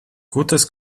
gutes